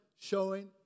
showing